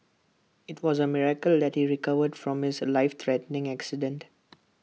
IT was A miracle that he recovered from his life threatening accident